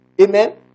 Amen